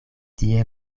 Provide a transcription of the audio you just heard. tie